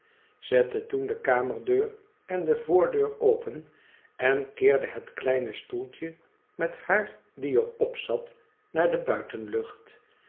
toen de kamerdeur en de voordeur open en keerde het kleine stoeltje met haar die er op zat naar de buitenlucht